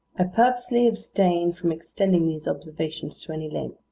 i purposely abstain from extending these observations to any length.